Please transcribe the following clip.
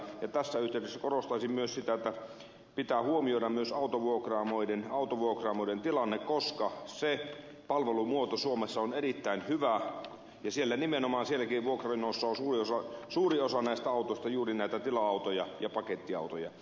tässä yhteydessä korostaisin myös sitä että pitää huomioida myös autovuokraamoiden tilanne koska se palvelumuoto suomessa on erittäin hyvä ja sielläkin nimenomaan vuokraamoissa suuri osa näistä autoista on juuri näitä tila autoja ja pakettiautoja